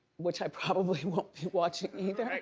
which i probably won't be watching either.